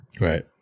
Right